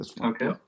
Okay